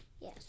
Yes